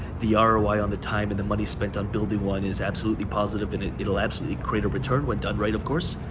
the ah roi on the time and the money spent on building one is absolutely positive and it'll absolutely create a return when done right, of course.